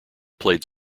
played